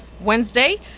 Wednesday